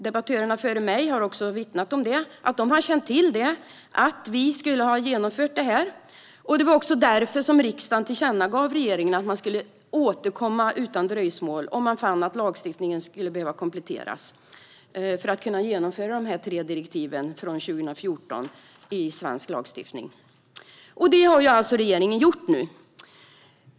Debattörerna före mig har också vittnat om att de har känt till att vi skulle ha genomfört det här, och det var också därför som riksdagen tillkännagav för regeringen att återkomma utan dröjsmål om man fann att lagstiftningen skulle behöva kompletteras för att kunna genomföra de tre direktiven från 2014 i svensk lagstiftning. Detta har regeringen nu gjort.